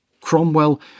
Cromwell